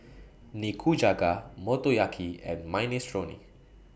Nikujaga Motoyaki and Minestrone